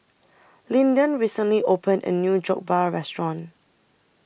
Lyndon recently opened A New Jokbal Restaurant